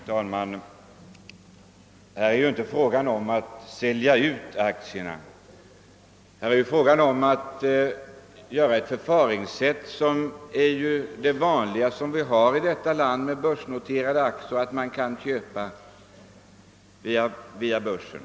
Herr talman! Här är det inte fråga om att sälja ut aktierna. Här är det fråga om att tillämpa ett förfaringssätt som är det vanliga i detta land, nämligen att man kan köpa aktier via börsen.